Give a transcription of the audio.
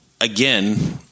again